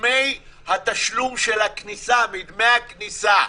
מדמי התשלום של הכניסה, מדמי הכניסה.